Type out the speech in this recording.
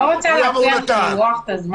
אני לא רוצה להטריח ולמרוח את הזמן.